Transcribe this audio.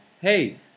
hey